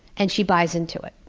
and she buys into it.